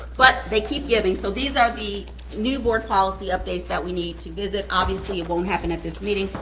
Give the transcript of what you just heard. but they keep giving, so these are the new board policy updates that we need to visit. obviously, it won't happen at this meeting,